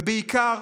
ובעיקר